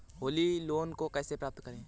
Holi loan को कैसे प्राप्त करें?